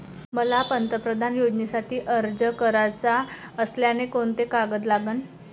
मले पंतप्रधान योजनेसाठी अर्ज कराचा असल्याने कोंते कागद लागन?